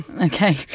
Okay